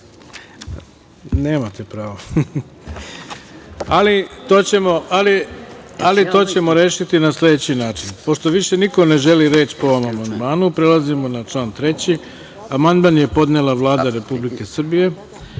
Nemate pravo, ali to ćemo rešiti na sledeći način. Pošto više niko ne želi reč po ovom amandmanu, prelazimo na član 3.Amandman je podnela Vlada Republike Srbije. Odbor